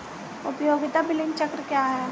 उपयोगिता बिलिंग चक्र क्या है?